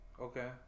Okay